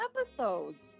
episodes